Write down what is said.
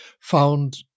found